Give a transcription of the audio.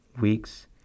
weeks